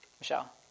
Michelle